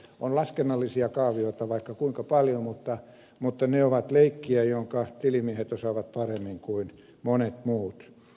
on laskennallisia kaavioita vaikka kuinka paljon mutta ne ovat leikkiä jonka tilimiehet osaavat paremmin kuin monet muut